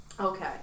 Okay